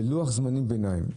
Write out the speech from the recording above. ולוח זמני ביניים.